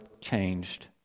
changed